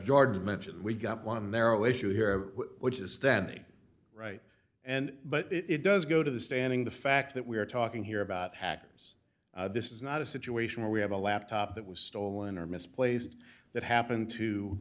jordan mentioned we've got one of the narrow issue here which is standing right and but it does go to the standing the fact that we're talking here about hackers this is not a situation where we have a laptop that was stolen or misplaced that happened to